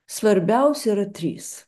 svarbiausi yra trys